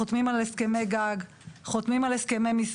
חותמים על הסכמי גג,